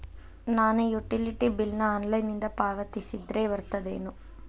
ನಾನು utility bill ನ ಆನ್ಲೈನಿಂದ ಪಾವತಿಸಿದ್ರ ಬರ್ತದೇನು?